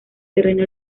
terreno